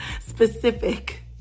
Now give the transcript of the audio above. specific